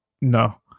no